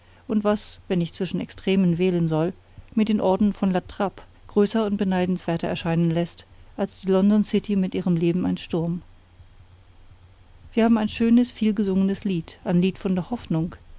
und was wenn ich zwischen extremen wählen soll mir den orden von la trappe größer und beneidenswerter erscheinen läßt als die london city mit ihrem leben ein sturm wir haben ein schönes vielgesungenes lied ein lied von der hoffnung